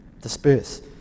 disperse